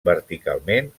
verticalment